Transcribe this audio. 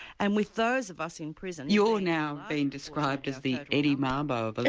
and with those of us in prison. you're now being described as the eddie mabo but